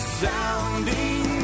sounding